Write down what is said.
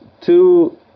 two